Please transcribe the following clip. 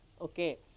okay